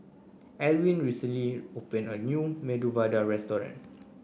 Elwyn recently opened a new Medu Vada Restaurant